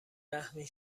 رحمین